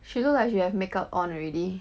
she look like she have makeup on already